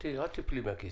אל תיפלי מהכיסא.